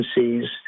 agencies